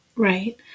Right